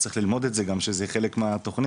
צריך ללמוד את זה גם, שזה חלק מהתכנית.